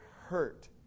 hurt